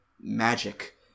magic